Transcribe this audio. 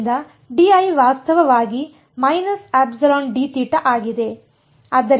ಆದ್ದರಿಂದ dl ವಾಸ್ತವವಾಗಿ −εdθ ಆಗಿದೆ